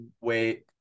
wait